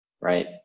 right